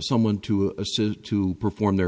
someone to assist to perform their